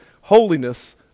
holiness